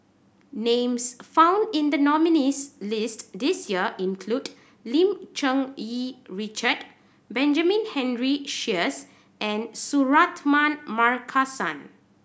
names found in the nominees' list this year include Lim Cherng Yih Richard Benjamin Henry Sheares and Suratman Markasan